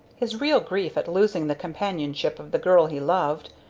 his real grief at losing the companionship of the girl he loved,